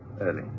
early